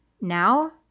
now